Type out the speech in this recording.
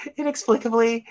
inexplicably